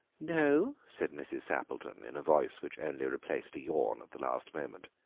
no? said mrs. sappleton, in a voice which only replaced a yawn at the last moment.